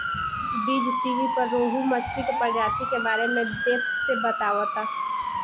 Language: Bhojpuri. बीज़टीवी पर रोहु मछली के प्रजाति के बारे में डेप्थ से बतावता